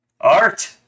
Art